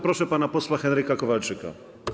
Proszę pana posła Henryka Kowalczyka.